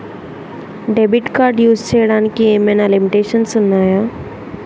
Debit card use చేయడానికి ఏమైనా limitations ఉన్నాయా?